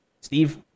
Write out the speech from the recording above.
Steve